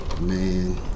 Man